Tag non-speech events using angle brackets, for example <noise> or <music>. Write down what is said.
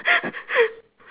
<laughs>